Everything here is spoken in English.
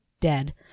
dead